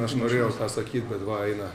aš norėjau tą sakyt bet va eina